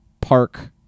Park